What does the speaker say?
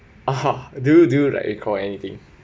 uh do you do you like recall anything